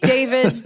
David